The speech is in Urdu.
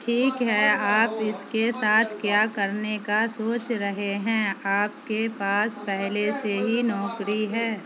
ٹھیک ہے آپ اس کے ساتھ کیا کرنے کا سوچ رہے ہیں آپ کے پاس پہلے سے ہی نوکری ہے